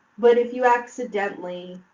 but if you accidentally,